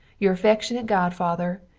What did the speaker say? your affecshunate godfather,